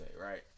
right